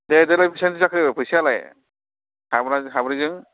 दे जोंना बेसेबांसो जाखो फैसायालै साब्रैजों